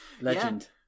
Legend